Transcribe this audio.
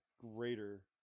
greater